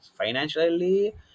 financially